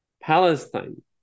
Palestine